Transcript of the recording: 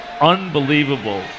unbelievable